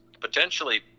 potentially